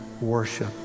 worship